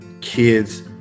kids